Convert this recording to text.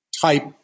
type